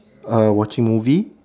uh watching movie